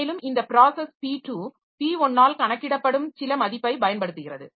மேலும் இந்த process P2 P1 ஆல் கணக்கிடப்படும் சில மதிப்பை பயன்படுத்துகிறது